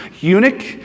eunuch